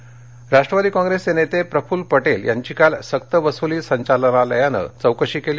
प्रफल्ल पटेल राष्ट्रवादीचे नेते प्रफुल्ल पटेल यांची काल सक्त वसूली संचालनालयानं चौकशी केली